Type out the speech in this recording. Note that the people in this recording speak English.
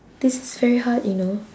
this is very hard you know